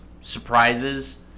surprises